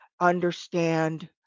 understand